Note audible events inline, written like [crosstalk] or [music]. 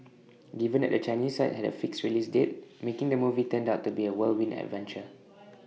given that the Chinese side had A fixed release date making the movie turned out to be A whirlwind adventure [noise]